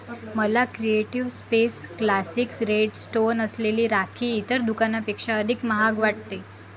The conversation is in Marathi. मला creative space classics red stone असलेली राखी इतर दुकानापेक्षा अधिक महाग वाटते